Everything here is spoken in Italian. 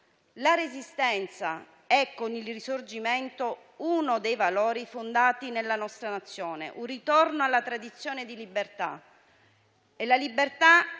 La Resistenza è, con il Risorgimento, uno dei valori fondanti della nostra Nazione, un ritorno alla tradizione di libertà. E la libertà